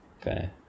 okay